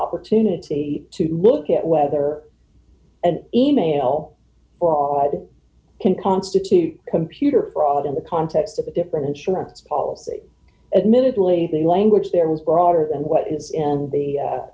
opportunity to look at whether an e mail broad can constitute computer fraud in the context of a different insurance policy admittedly the language there was broader than what is in the